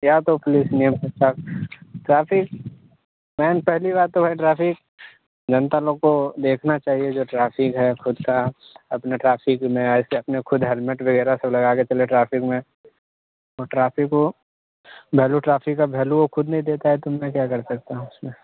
या तो पुलिस नेम के साथ ट्राफिक मैन पहली बात तो भाई ट्राफिक जानता लोग को देखना चाहिए जो ट्राफिक है ख़ुद की अपनी ट्राफिक में ऐसे अपने ख़ुद हेलमेट वग़ैरह सब लगा के चलेँ ट्राफिक में और ट्राफिक वह भैलू ट्राफिक का भैलू वह ख़ुद नहीं देते हैं तो मैं क्या कर सकता हूँ उसमें